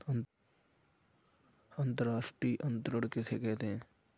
अंतर्राष्ट्रीय अंतरण किसे कहते हैं?